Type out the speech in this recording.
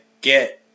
get